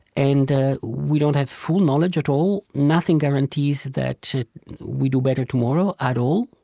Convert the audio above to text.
and we don't have full knowledge at all. nothing guarantees that we do better tomorrow, at all.